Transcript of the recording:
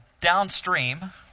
downstream